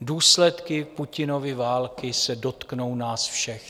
Důsledky Putinovy války se dotknou nás všech.